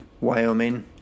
Wyoming